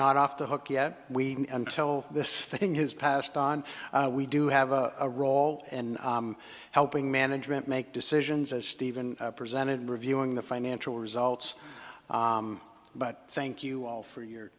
not off the hook yet we until this thing has passed on we do have a role in helping management make decisions as stephen presented reviewing the financial results but thank you all for your